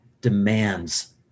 demands